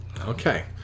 okay